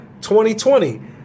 2020